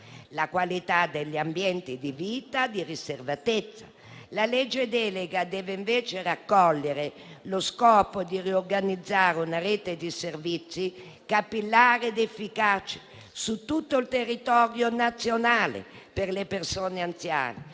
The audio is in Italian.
la qualità degli ambienti di vita e di riservatezza. La legge delega deve invece raccogliere lo scopo di riorganizzare una rete di servizi capillare ed efficace su tutto il territorio nazionale per le persone anziane,